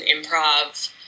improv